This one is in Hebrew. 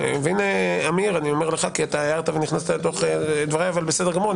אני אומר לעמיר כי אתה הערת ונכנסת לתוך דבריי אבל בסדר גמור,